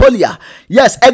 yes